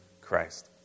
Christ